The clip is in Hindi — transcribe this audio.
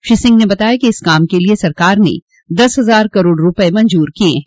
श्री सिंह ने बताया कि इस काम के लिए सरकार ने दस हजार करोड़ रूपये मंजूर किये हैं